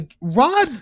Rod